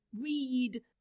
read